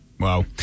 wow